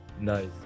Nice